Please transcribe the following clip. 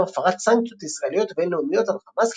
הפרת סנקציות ישראליות ובינלאומיות על חמאס,